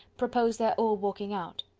proposed their all walking out.